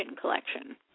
collection